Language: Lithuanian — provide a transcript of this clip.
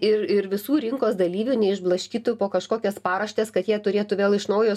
ir ir visų rinkos dalyvių neišblaškytų po kažkokias paraštes kad jie turėtų vėl iš naujo